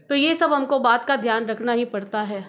तो ये सब हमको बात का ध्यान रखना ही पड़ता है